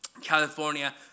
California